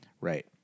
right